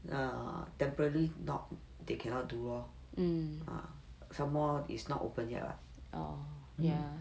err temporarily not they cannot do lor ah some more it's not open yet [what] mmhmm